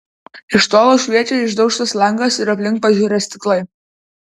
iš tolo šviečia išdaužtas langas ir aplink pažirę stiklai